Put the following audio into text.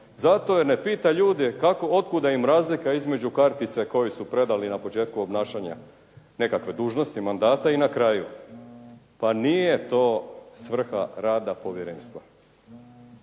Zato jer ne pita ljude od kuda im razlika između kartice koju su predali na početku obnašanja nekakve dužnosti, mandata i na kraju. Pa nije to svrha rada povjerenstva.